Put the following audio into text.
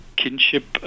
kinship